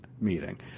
meeting